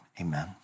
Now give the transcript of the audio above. amen